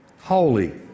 holy